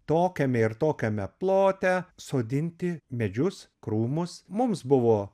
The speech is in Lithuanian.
tokiame ir tokiame plote sodinti medžius krūmus mums buvo